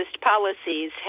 policies